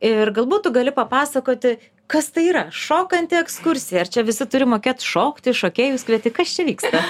ir galbūt tu gali papasakoti kas tai yra šokanti ekskursija ar čia visi turi mokėt šokti šokėjus kvieti kas čia vyksta